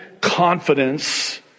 confidence